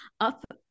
up